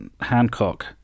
Hancock